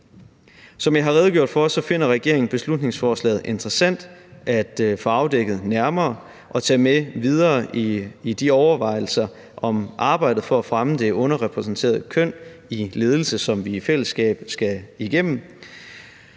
Som jeg har redegjort for, finder regeringen beslutningsforslaget interessant at få afdækket nærmere og ønsker at tage det med videre i de overvejelser om arbejdet for at fremme det underrepræsenterede køn i ledelse, som vi i fællesskab skal igennem.